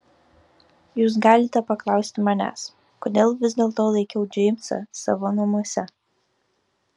jūs galite paklausti manęs kodėl vis dėlto laikiau džeimsą savo namuose